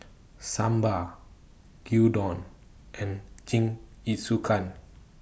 Sambar Gyudon and Jingisukan